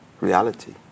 reality